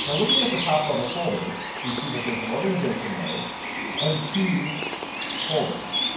and looking at the top level folder, we see that there's an organization node and two folders.